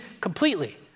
completely